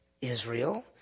Israel